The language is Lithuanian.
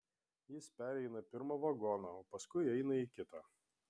jis pereina pirmą vagoną o paskui įeina į kitą